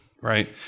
right